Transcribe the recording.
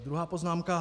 Druhá poznámka.